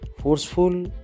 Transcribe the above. Forceful